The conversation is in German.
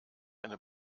eine